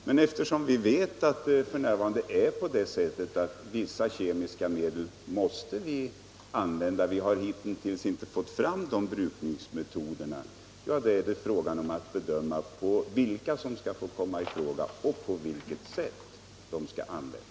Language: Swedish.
Men eftersom vi vet att det f. n. är på det sättet, att vissa kemiska medel måste användas — eftersom vi hitintills inte har fått fram de alternativa brukningsmetoderna — gäller det att bedöma vilka preparat som kan komma i fråga och på vilket sätt de skall få användas.